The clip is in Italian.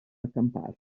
accamparsi